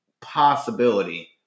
possibility